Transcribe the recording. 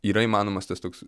yra įmanomas tas toks